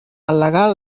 al·legar